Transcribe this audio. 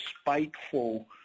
spiteful